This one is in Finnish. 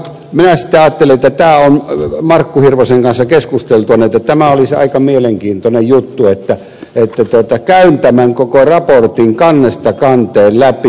minä sitten ajattelin markku hirvosen kanssa keskusteltuani että tämä olisi aika mielenkiintoinen juttu että käyn tämän koko raportin kannesta kanteen läpi